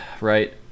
right